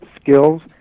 skills